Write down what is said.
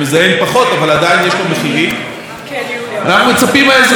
אנחנו מצפים מהאזרחים לקנות את המכשירים היעילים אנרגטית.